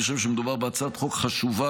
אני חושב שמדובר בהצעת חוק חשובה,